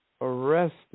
arrested